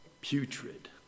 putrid